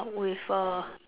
with a